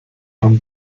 from